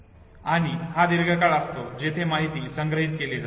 आणि हा दीर्घकाळ असतो जिथे माहिती संग्रहित केली जाते